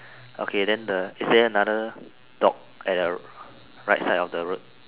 okay then the is there another dog at right side of the road